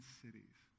cities